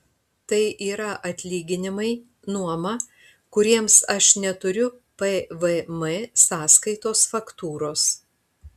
tai yra atlyginimai nuoma kuriems aš neturiu pvm sąskaitos faktūros